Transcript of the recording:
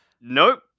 Nope